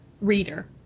reader